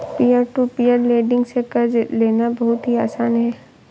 peer to peer lending से कर्ज लेना बहुत ही आसान है